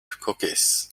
cookies